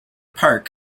park